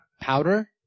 Powder